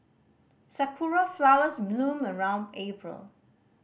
sakura flowers bloom around April